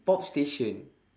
pop station